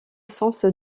sens